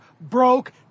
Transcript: broke